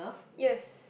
yes